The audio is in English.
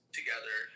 together